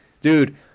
Dude